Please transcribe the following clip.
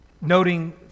noting